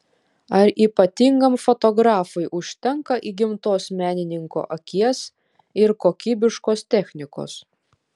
ar ypatingam fotografui užtenka įgimtos menininko akies ir kokybiškos technikos